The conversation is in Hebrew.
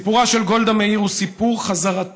סיפורה של גולדה מאיר הוא סיפור חזרתו